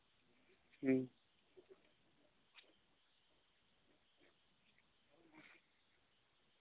ᱦᱩᱸ